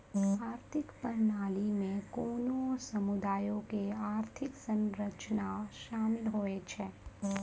आर्थिक प्रणाली मे कोनो समुदायो के आर्थिक संरचना शामिल होय छै